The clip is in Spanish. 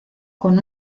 con